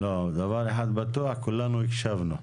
דבר אחד בטוח כולנו הקשבנו.